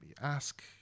ask